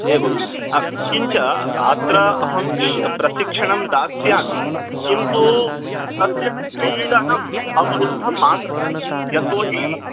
एव किञ्च अत्र अहं शि प्रशिक्षणं दास्यामि किन्तु तस्य क्रीडनम् अवरुद्धं मास्तु यतोहि